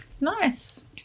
nice